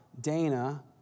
Dana